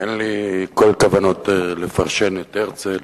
אין לי כל כוונות לפרשן את הרצל